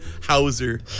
Hauser